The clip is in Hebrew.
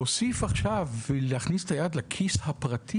להוסיף עכשיו ולהכניס את היד לכיס הפרטי